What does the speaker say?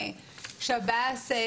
שב"ס,